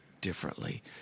differently